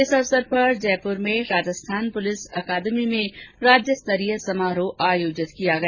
इस अवसर पर जयपुर में राजस्थान पुलिस अकादमी में राज्यस्तरीय समारोह आयोजित किया गया